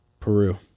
peru